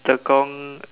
Tekong